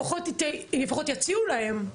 לפחות יציעו להם.